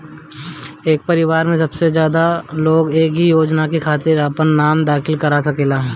का एक परिवार में एक से ज्यादा लोग एक ही योजना के खातिर आपन नाम दाखिल करा सकेला?